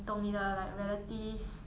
懂你的 like relatives